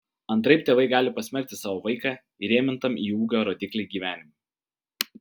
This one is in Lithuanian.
antraip tėvai gali pasmerkti savo vaiką įrėmintam į ūgio rodiklį gyvenimui